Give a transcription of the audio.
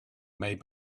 made